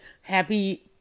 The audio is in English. happy